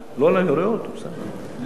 אמרתי, אלא אם כן הוא החליף,